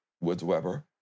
Woods-Weber